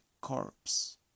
corpse